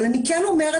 אבל אני כן אומרת,